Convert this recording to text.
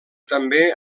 també